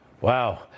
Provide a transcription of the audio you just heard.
Wow